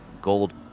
gold